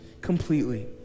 completely